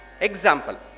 Example